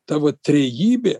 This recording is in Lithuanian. ta va trejybė